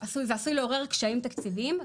עשוי לעורר קשיים תקציביים,